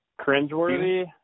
Cringeworthy